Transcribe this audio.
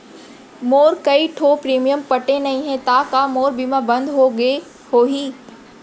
मोर कई ठो प्रीमियम पटे नई हे ता का मोर बीमा बंद हो गए होही?